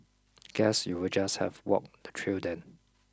guess you'll just have walk the trail then